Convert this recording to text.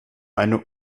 eine